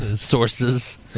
sources